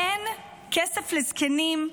אין כסף לזקנים,